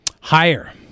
Higher